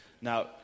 Now